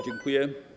Dziękuję.